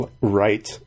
right